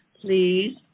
please